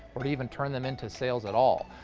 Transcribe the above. or even turn them into sales at all?